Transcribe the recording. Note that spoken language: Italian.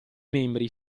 membri